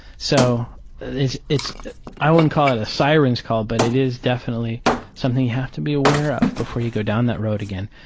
so it's it's i wouldn't call it a siren's call but it is definitely something you have to be aware of before you go down that road again.